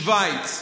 שווייץ,